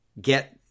get